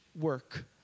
work